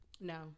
No